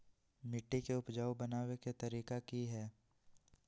मिट्टी के उपजाऊ बनबे के तरिका की हेय?